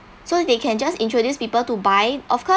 so they can just introduce people to buy of course